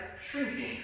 shrinking